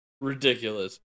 ridiculous